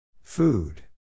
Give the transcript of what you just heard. Food